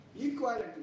equality